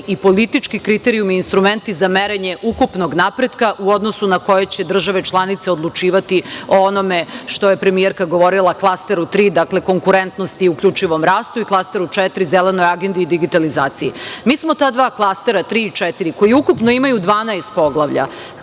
i politički kriterijumi, instrumenti za merenje ukupnog napretka u odnosu na koje će države članica odlučivati o onome što je premijerka govorila, klasteru 3 - konkurentnosti uključivom rastu i klasteru 4 – zelenoj agendi i digitalizaciji. Mi smo ta dva klastera, tri i četiri, koji ukupno imaju 12 poglavlja,